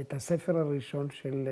את הספר הראשון של...